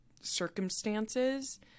circumstances